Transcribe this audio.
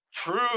Truth